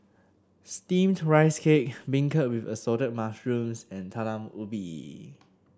steamed Rice Cake beancurd with Assorted Mushrooms and Talam Ubi